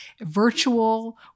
virtual